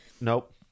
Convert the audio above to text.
Nope